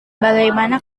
bagaimana